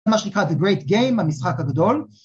ממש נקרא The Great Game, המשחק הגדול